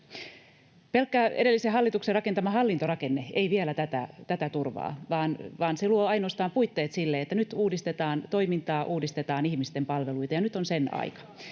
Pelkkä edellisen hallituksen rakentama hallintorakenne ei vielä tätä turvaa, vaan se luo ainoastaan puitteet sille, että nyt uudistetaan toimintaa ja uudistetaan ihmisten palveluita, ja nyt on sen aika.